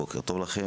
בוקר טוב לכן.